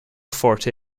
forte